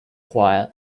choir